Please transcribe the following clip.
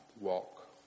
walk